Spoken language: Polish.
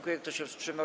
Kto się wstrzymał?